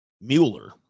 Mueller